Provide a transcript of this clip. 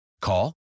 Call